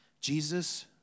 Jesus